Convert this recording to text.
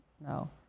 no